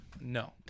No